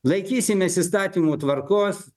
laikysimės įstatymų tvarkos